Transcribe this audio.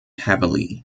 heavily